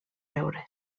veure